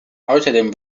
außerdem